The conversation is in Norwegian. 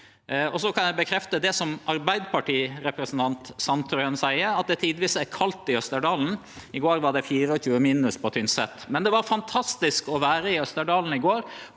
også bekrefte det som Arbeidarpartirepresentanten Sandtrøen seier, at det tidvis er kaldt i Østerdalen. I går var det 24 minusgrader på Tynset. Men det var fantastisk å vere i Østerdalen i går